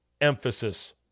emphasis